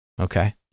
okay